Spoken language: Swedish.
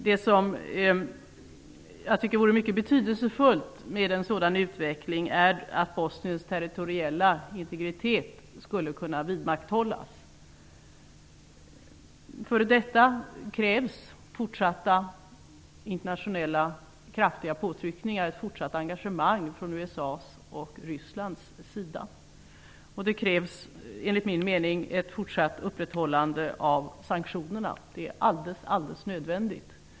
Det som vore mycket betydelsefullt med en sådan utveckling är att Bosniens territoriella integritet skulle kunna vidmakthållas. För detta krävs fortsatta kraftiga internationella påtryckningar och ett fortsatt engagemang från USA och Ryssland. Det krävs, enligt min mening, ett fortsatt upprätthållande av sanktionerna; det är alldeles nödvändigt.